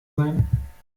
sein